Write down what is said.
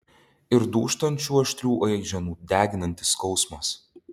ir dūžtančių aštrių aiženų deginantis skausmas